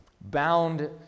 bound